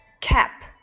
Cap